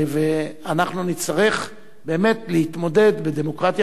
ואנחנו נצטרך באמת להתמודד בדמוקרטיה